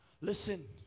Listen